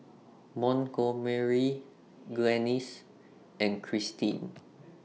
Montgomery Glennis and Krystin